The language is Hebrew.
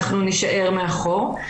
אנחנו נישאר מאחור,